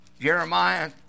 Jeremiah